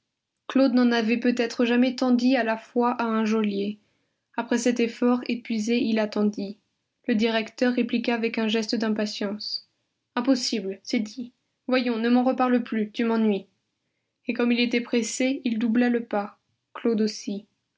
claude n'en avait peut-être jamais tant dit à la fois à un geôlier après cet effort épuisé il attendit le directeur répliqua avec un geste d'impatience impossible c'est dit voyons ne m'en reparle plus tu m'ennuies et comme il était pressé il doubla le pas claude aussi